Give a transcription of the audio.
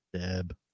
Deb